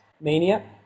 Mania